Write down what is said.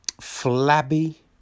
Flabby